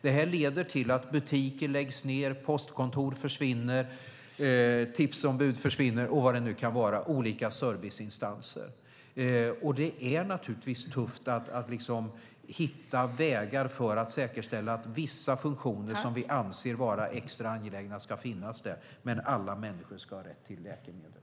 Det leder till att butiker läggs ned och att postkontor, tipsombud och andra serviceinstanser försvinner. Det är tufft att hitta vägar för att säkerställa att de funktioner som vi anser vara extra angelägna ska finnas, men alla människor har rätt till läkemedel.